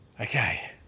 Okay